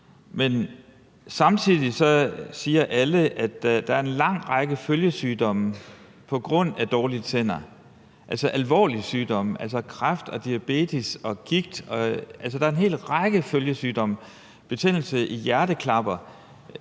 Men samtidig siger alle, at der er en lang række følgesygdomme på grund af dårlige tænder, altså alvorlige sygdomme – kræft, diabetes, gigt, betændelse i hjerteklapper.